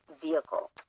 vehicle